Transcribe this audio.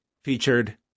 featured